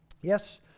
Yes